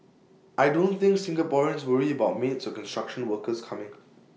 I don't think Singaporeans worry about maids or construction workers coming